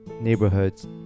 neighborhoods